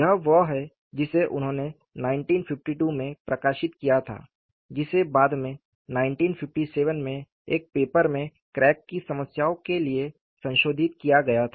यह वह है जिसे उन्होंने 1952 में प्रकाशित किया था जिसे बाद में 1957 में एक पेपर में क्रैक की समस्याओं के लिए संशोधित किया गया था